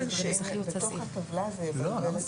זה יבלבל.